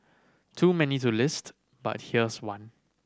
too many too list but here's one